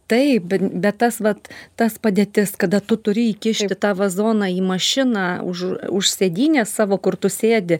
taip bet tas vat tas padėtis kada tu turi įkišti tą vazoną į mašiną už už sėdynės savo kur tu sėdi